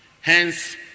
hence